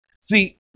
See